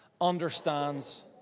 understands